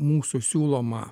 mūsų siūloma